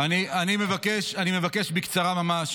-- אני מבקש ממש